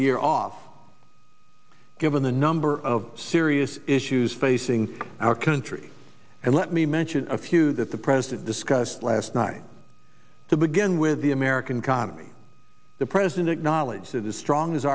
year off given the number of serious issues facing our country and let me mention a few that the president discussed last night to begin with the american colony the president acknowledged to the strong as